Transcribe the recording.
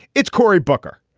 it's cory booker.